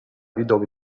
widok